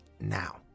now